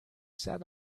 sat